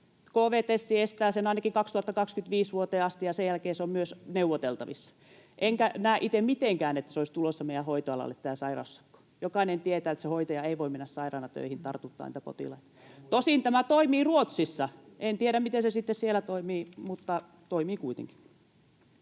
KVTES estää sen ainakin vuoteen 2025 asti, ja sen jälkeen se on myös neuvoteltavissa. Enkä näe itse mitenkään, että tämä sairaussakko olisi tulossa meidän hoitoalalle. Jokainen tietää, että se hoitaja ei voi mennä sairaana töihin tartuttamaan potilaita. [Ilmari Nurminen: Tämä on muistiin!] Tosin tämä toimii Ruotsissa, en tiedä, miten se sitten siellä toimii, mutta toimii kuitenkin.